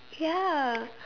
ya